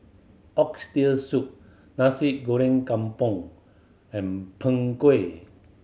Oxtail Soup Nasi Goreng Kampung and Png Kueh